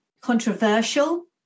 controversial